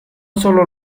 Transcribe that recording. sólo